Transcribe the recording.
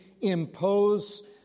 impose